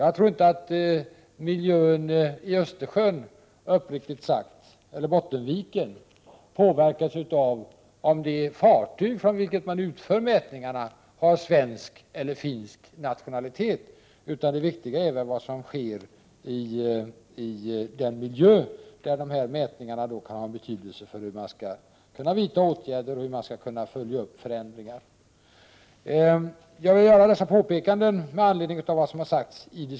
Jag tror uppriktigt sagt inte att miljön i Bottniska viken påverkas av om dessa mätningar sker från ett svenskt eller ett finskt fartyg. Det viktiga är vad som sker i den miljö där dessa mätningar kan ha betydelse för hur man skall kunna vidta åtgärder och följa upp förändringar.